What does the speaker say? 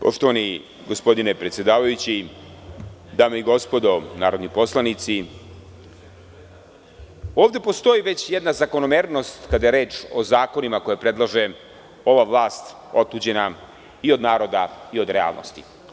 Poštovani gospodine predsedavajući, dame i gospodo narodni poslanici, ovde postoji već jedna zakonomernost kada je reč o zakonima koje predlaže ova vlast, otuđena i od naroda i od realnosti.